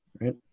Right